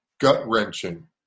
gut-wrenching